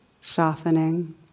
softening